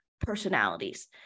personalities